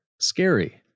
scary